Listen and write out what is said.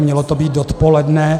Mělo to být dopoledne.